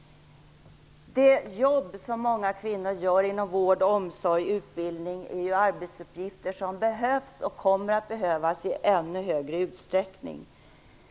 Det jobb som många kvinnor gör inom vård, omsorg och utbildning är arbetsuppgifter som behövs och som kommer att behövas i ännu större utsträckning.